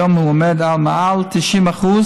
כיום הוא עומד על מעל 90%,